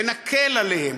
ונקל עליהם,